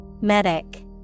Medic